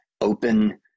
open